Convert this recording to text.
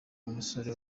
umusore